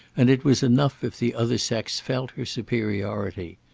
and it was enough if the other sex felt her superiority.